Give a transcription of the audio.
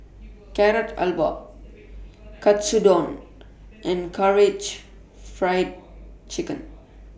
Carrot Halwa Katsudon and Karaage Fried Chicken